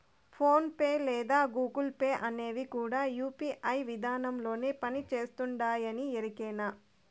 phone pay లేదా Google pay అనేవి కూడా యూ.పీ.ఐ విదానంలోనే పని చేస్తుండాయని ఎరికేనా